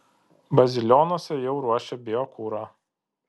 bazilionuose jau ruošia biokurą